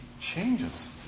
changes